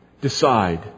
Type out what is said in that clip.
decide